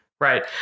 Right